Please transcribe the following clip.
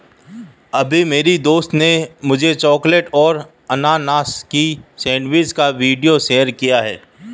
अभी मेरी दोस्त ने मुझे चॉकलेट और अनानास की सेंडविच का वीडियो शेयर किया है